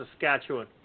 Saskatchewan